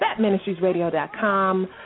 ThatMinistriesRadio.com